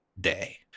day